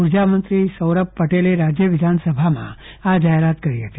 ઉર્જામંત્રી સૌરભ પટેલે વિધનસભામાં આ જાહેરાત કરી હતી